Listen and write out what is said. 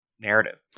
narrative